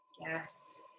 Yes